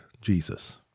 Jesus